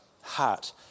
heart